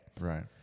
Right